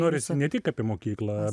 norisi ne tik apie mokyklą